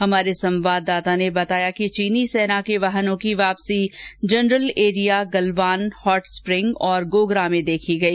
हमारे संवाददाता ने बताया कि चीनी सेना के वाहनों की वापसी जनरल एरिया गलवान हॉटस्प्रिंग और गोगरा में देखी गई